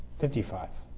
fifty five.